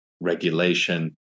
regulation